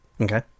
Okay